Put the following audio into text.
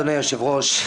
אדוני היושב-ראש.